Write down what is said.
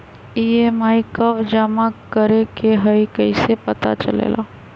EMI कव जमा करेके हई कैसे पता चलेला?